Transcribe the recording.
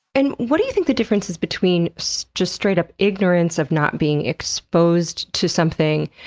and what do you think the difference is between so just straight up ignorance of not being exposed to something